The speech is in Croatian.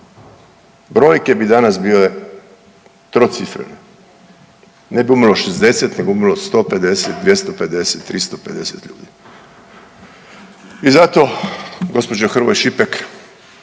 brojke bi danas bile trocifrene. Ne bi umrlo 60 nego bi umrlo 150, 250, 350 ljudi. I tako gospođo Hrvoj Šipek